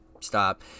stop